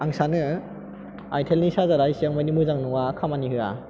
आं सानो आइटेल नि सार्जार आ एसेबां माने मोजां नङा खामानि होआ